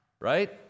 right